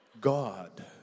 God